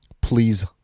Please